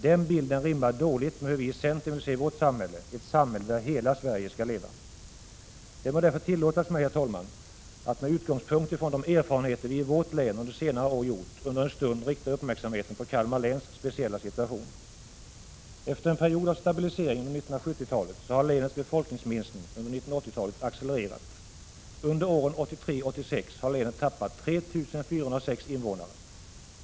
Den bilden rimmar dåligt med hur vi i centern vill se vårt samhälle, ett samhälle där hela Sverige skall leva. Det må därför tillåtas mig, herr talman, att, med utgångspunkt i erfarenheterna från vårt län under senare år, för en stund rikta uppmärksamheten på Kalmar läns speciella situation. Efter en period av stabilisering under 1970-talet har länets befolknings minskning under 1980-talet accelererat. Under åren 1983-1986 har länet tappat 3 406 invånare.